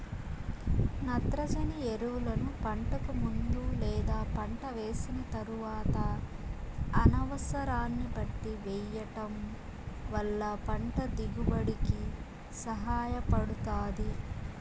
నత్రజని ఎరువులను పంటకు ముందు లేదా పంట వేసిన తరువాత అనసరాన్ని బట్టి వెయ్యటం వల్ల పంట దిగుబడి కి సహాయపడుతాది